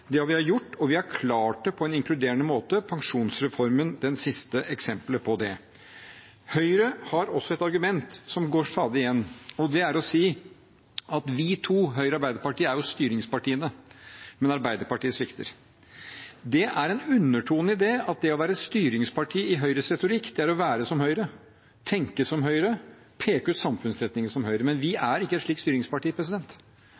Det har vi gjort, og vi har klart det på en inkluderende måte – pensjonsreformen er det siste eksempelet på det. Høyre har et argument som går stadig igjen, og det er å si at vi to – Høyre og Arbeiderpartiet – er styringspartiene, men Arbeiderpartiet svikter. Det er en undertone i det at det å være styringsparti i Høyres retorikk, er å være som Høyre, tenke som Høyre, peke ut samfunnsretningen som Høyre. Men vi